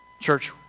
Church